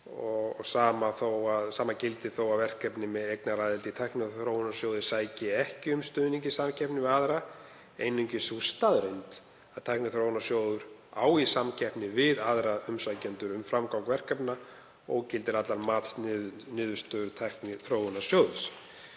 að sama gildi þó að verkefni með eignaraðild í Tækniþróunarsjóði sæki ekki um stuðning í samkeppni við aðra. Einungis sú staðreynd að Tækniþróunarsjóður á í samkeppni við aðra umsækjendur um framgang verkefna ógildir allar matsniðurstöður Tækniþróunarsjóðs.